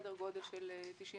סדר גודל של 93%